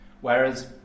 Whereas